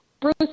Bruce